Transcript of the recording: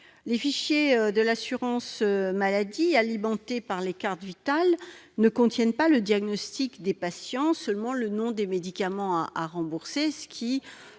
Les fichiers de l'assurance maladie, alimentés par les cartes Vitale, ne contiennent pas le diagnostic, seulement le nom des médicaments à rembourser. Il est